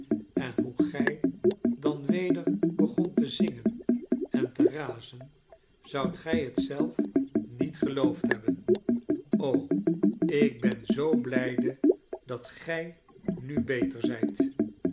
en hoe gij dan weder begont te zingen en te razen zoudt gij het zelf niet geloofd hebben ik ben zoo blijde dat gij nu beter zijt